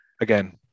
again